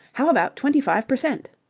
how about twenty-five per cent.